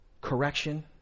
correction